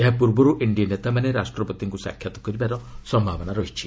ଏହା ପୂର୍ବରୁ ଏନ୍ଡିଏ ନେତା ମାନେ ରାଷ୍ଟ୍ରପତିଙ୍କୁ ସାକ୍ଷାତ କରିବାର ସମ୍ଭାବନା ଅଛି